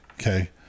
okay